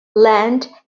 land